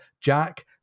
Jack